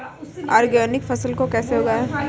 Organic फसल को कैसे उगाएँ?